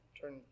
turn